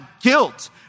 guilt